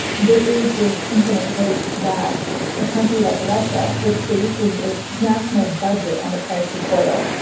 there is this infinite hope that a country like russia, which bases its national budget on the price of oil,